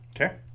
Okay